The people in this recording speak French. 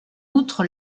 outre